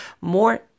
more